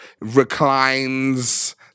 reclines